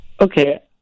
Okay